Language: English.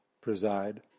preside